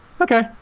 okay